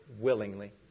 willingly